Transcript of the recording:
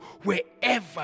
wherever